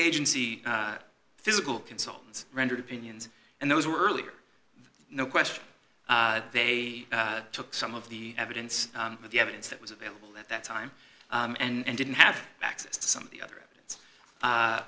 agency physical consultants rendered opinions and those were earlier no question they took some of the evidence of the evidence that was available at that time and didn't have access to some of the other